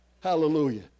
Hallelujah